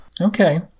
Okay